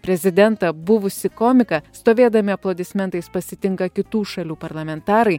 prezidentą buvusį komiką stovėdami aplodismentais pasitinka kitų šalių parlamentarai